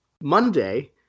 Monday